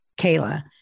Kayla